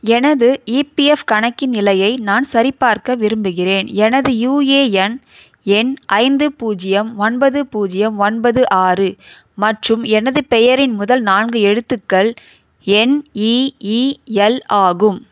எனது இபிஎஃப் கணக்கின் நிலையை நான் சரிபார்க்க விரும்புகிறேன் எனது யுஏஎன் எண் ஐந்து பூஜ்ஜியம் ஒன்பது பூஜ்ஜியம் ஒன்பது ஆறு மற்றும் எனது பெயரின் முதல் நான்கு எழுத்துக்கள் என்இஇஎல் ஆகும்